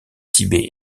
tibet